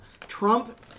Trump